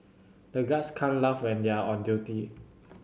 the guards can't laugh when they are on duty